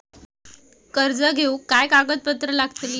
कर्ज घेऊक काय काय कागदपत्र लागतली?